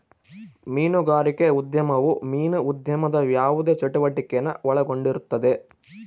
ಮೀನುಗಾರಿಕೆ ಉದ್ಯಮವು ಮೀನು ಉದ್ಯಮದ ಯಾವುದೇ ಚಟುವಟಿಕೆನ ಒಳಗೊಂಡಿರುತ್ತದೆ